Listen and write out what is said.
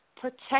protect